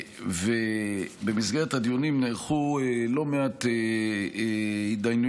ובמסגרת הדיונים נערכו לא מעט התדיינויות